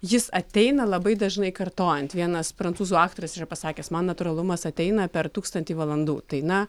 jis ateina labai dažnai kartojant vienas prancūzų aktorius yra pasakęs man natūralumas ateina per tūkstantį valandų tai na